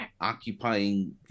occupying